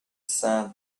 sand